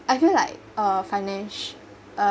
I feel like uh finan~ uh